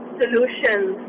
solutions